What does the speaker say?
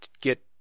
get